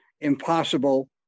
impossible